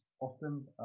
often